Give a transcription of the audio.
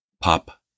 pop